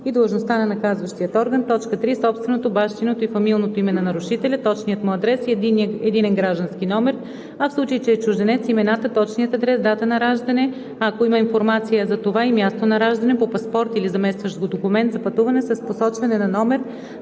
и длъжността на наказващия орган; 3. собственото, бащиното и фамилното име на нарушителя, точния му адрес и единен граждански номер, а в случай че е чужденец – имената, точния адрес, дата на раждане, а ако има информация за това – и място на раждане, по паспорт или заместващ го документ за пътуване с посочване на номер,